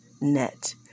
net